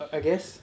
I guess